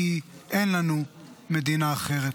כי אין לנו מדינה אחרת.